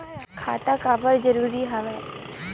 खाता का बर जरूरी हवे?